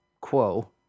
quo